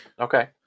Okay